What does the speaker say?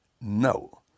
no